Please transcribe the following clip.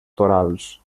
torals